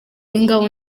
ingabo